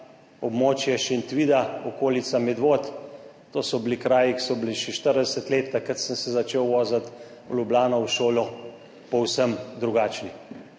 območje Šentvida, okolica Medvod, to so bili kraji, ki so bili še 40 let, takrat sem se začel voziti v Ljubljano v šolo, povsem drugačni.